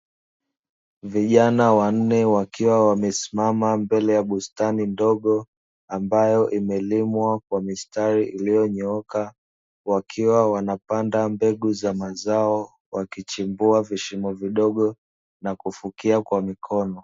Vijana wanne wakiwa wamesimama mbele ya bustani ndogo, ambayo imelimwa kwa mistari iliyonyooka, wakiwa wanapanda mbegu za mazao, wakichimbua vishimo vidogo na kufukia kwa mikono.